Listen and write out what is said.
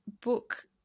book